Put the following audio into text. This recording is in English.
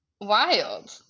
wild